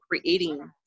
creating